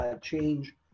change